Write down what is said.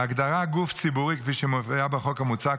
ההגדרה "גוף ציבורי" כפי שהיא מופיעה בחוק המוצע כוללת,